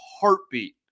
heartbeat